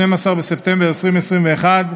12 בספטמבר 2021,